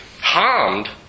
harmed